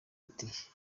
ati